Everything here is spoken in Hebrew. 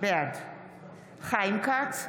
בעד חיים כץ,